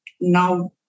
now